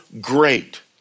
great